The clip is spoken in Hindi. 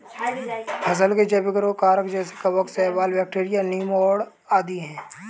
फसल के जैविक रोग कारक जैसे कवक, शैवाल, बैक्टीरिया, नीमाटोड आदि है